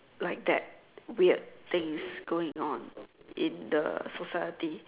like that weird things going on in the society